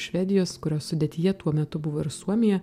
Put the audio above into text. švedijos kurios sudėtyje tuo metu buvo ir suomija